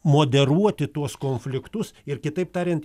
moderuoti tuos konfliktus ir kitaip tariant